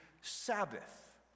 Sabbath